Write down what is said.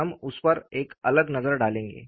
हम उस पर एक अलग नजर डालेंगे